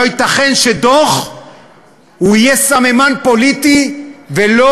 לא ייתכן שדוח יהיה סממן פוליטי ולא